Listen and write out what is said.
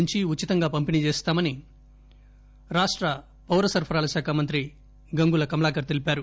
నుండి ఉచితంగా పంపిణి చేస్తామని రాష్ట పౌర సరఫరా శాఖా మంత్రి గంగుల కమలాకర్ తెలిపారు